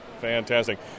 Fantastic